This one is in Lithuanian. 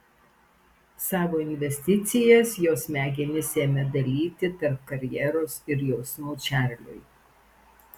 savo investicijas jos smegenys ėmė dalyti tarp karjeros ir jausmų čarliui